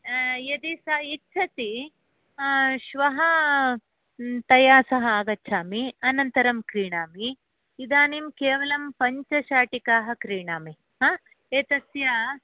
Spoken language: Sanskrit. यदि सा इच्छति श्वः तया सह आगच्छामि अनन्तरं क्रीणामि इदानीं केवलं पञ्च शाटिकाः क्रीणामि हा एतस्य